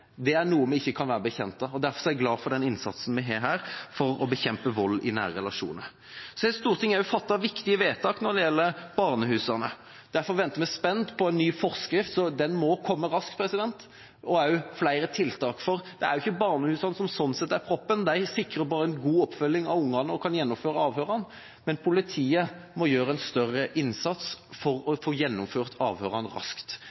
er noe vi ikke kan være bekjent av. Derfor er jeg glad for den innsatsen vi gjør her for å bekjempe vold i nære relasjoner. Stortinget har også fattet viktige vedtak når det gjelder barnehusene. Derfor venter vi spent på en ny forskrift, som må komme raskt, og også på flere tiltak. Det er ikke barnehusene sånn sett som er proppen, de sikrer en god oppfølging av barna og kan gjennomføre avhørene, men politiet må gjøre en større innsats for å få gjennomført avhørene raskt.